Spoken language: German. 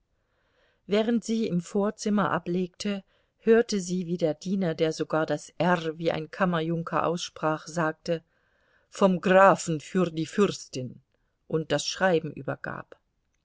während sie im vorzimmer ablegte hörte sie wie der diener der sogar das r wie ein kammerjunker aussprach sagte vom grafen für die fürstin und das schreiben übergab